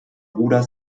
bruder